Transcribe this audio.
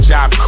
Job